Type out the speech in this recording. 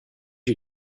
you